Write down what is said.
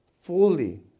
fully